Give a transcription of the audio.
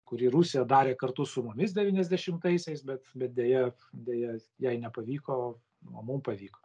kurį rusija darė kartu su mumis devyniasdešimtaisiais bet bet deja deja jai nepavyko o mum pavyko